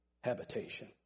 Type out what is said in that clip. habitation